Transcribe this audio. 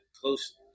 close –